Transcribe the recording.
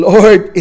Lord